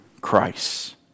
Christ